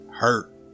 Hurt